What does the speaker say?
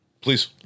Please